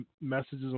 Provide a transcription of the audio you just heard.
messages